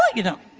like you know.